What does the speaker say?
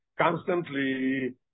constantly